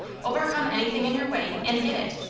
overcome anything in your way, and get it.